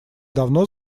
давно